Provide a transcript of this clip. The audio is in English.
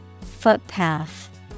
Footpath